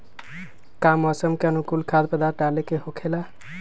का मौसम के अनुकूल खाद्य पदार्थ डाले के होखेला?